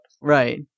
Right